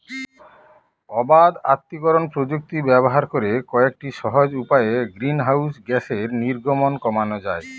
অবাত আত্তীকরন প্রযুক্তি ব্যবহার করে কয়েকটি সহজ উপায়ে গ্রিনহাউস গ্যাসের নির্গমন কমানো যায়